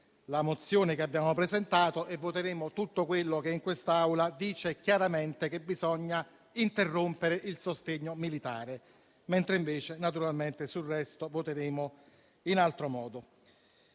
la risoluzione che abbiamo presentato e voteremo tutto quello che in quest'Aula dice chiaramente che bisogna interrompere il sostegno militare, mentre sul resto voteremo naturalmente